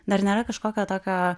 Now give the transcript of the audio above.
dar nėra kažkokio tokio